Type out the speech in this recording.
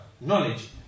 knowledge